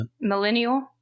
Millennial